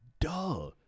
duh